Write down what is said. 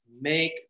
make